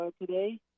today